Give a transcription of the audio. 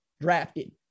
drafted